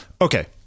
okay